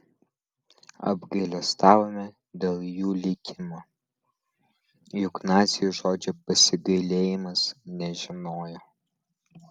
apgailestavome dėl jų likimo juk naciai žodžio pasigailėjimas nežinojo